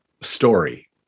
story